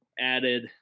added